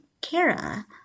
Kara